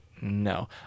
no